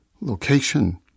location